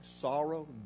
sorrow